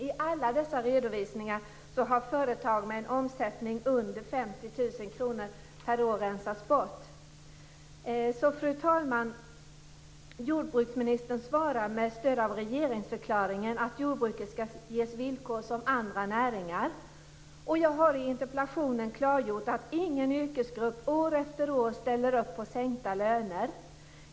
I alla dessa redovisningar har företag med en omsättning under Fru talman! Jordbruksministern svarar med stöd av regeringsförklaringen att jordbruket skall ges villkor som andra näringar. Jag har i interpellationen klargjort att ingen yrkesgrupp år efter år ställer upp på sänkta löner.